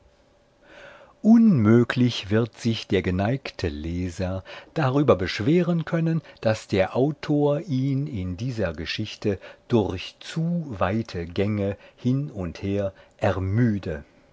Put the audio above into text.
unmöglich wird sich der geneigte leser darüber beschweren können daß der autor ihn in dieser geschichte durch zu weite gänge hin und her ermüde